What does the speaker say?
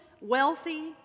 wealthy